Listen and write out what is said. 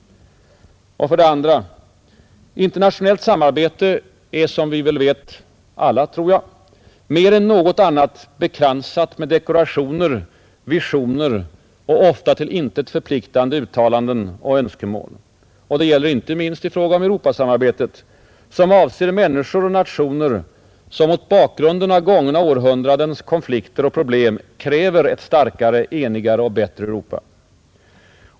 För det andra: Internationellt samarbete är, som jag tror vi alla vet, mer än något annat bekransat med dekorationer, visioner och ofta till intet förpliktande uttalanden och önskemål. Det gäller inte minst i fråga om Europasamarbetet, som avser människor och nationer, vilka mot bakgrunden av gångna århundradens konflikter och problem kräver ett starkare, enigare och bättre Europa.